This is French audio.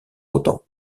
autant